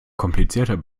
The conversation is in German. komplizierter